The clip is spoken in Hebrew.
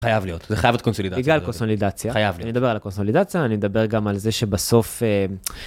חייב להיות, זה חייב להיות קונסולידציה. ניגע על קונסולידציה. חייב להיות. אני אדבר על הקונסולידציה, אני מדבר גם על זה שבסוף...